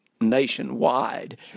nationwide